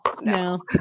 no